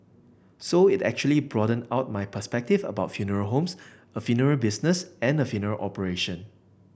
so it actually broadened out my perspective about funeral homes a funeral business and a funeral operation